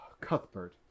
Cuthbert